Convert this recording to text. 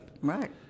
Right